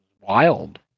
wild